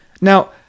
Now